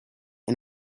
and